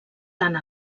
tant